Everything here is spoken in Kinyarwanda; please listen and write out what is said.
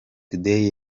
today